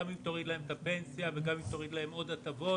גם תוריד להם את הפנסיה וגם תוריד להם עוד הטבות,